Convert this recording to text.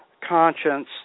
conscience